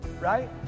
Right